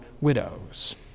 widows